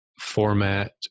format